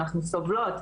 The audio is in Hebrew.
אנחנו סובלות,